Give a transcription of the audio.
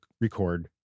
record